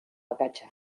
akatsa